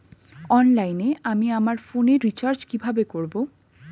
অনলাইনে আমি আমার ফোনে রিচার্জ কিভাবে করব?